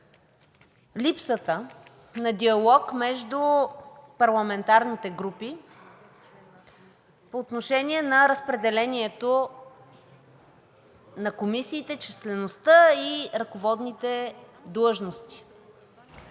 липсата на диалог между парламентарните групи по отношение на разпределението на комисиите, числеността и ръководните длъжности.